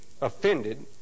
offended